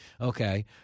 Okay